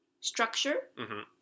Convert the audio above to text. structure